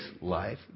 life